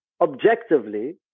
objectively